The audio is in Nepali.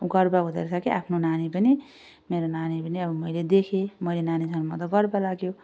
गर्व हुँदोरहेछ के आफ्नो नानी पनि मेरो नानी पनि अब मैले देखेँ मैले नानी जन्माउँदा गर्व लाग्यो